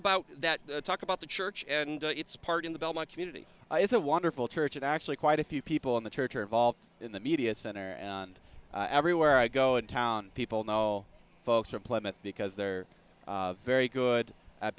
about that talk about the church and its part in the belmont community it's a wonderful church and actually quite a few people in the church are involved in the media center and everywhere i go in town people know folks are plummet because they're very good at